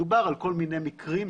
מדובר על כל מיני מקרים,